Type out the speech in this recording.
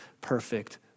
perfect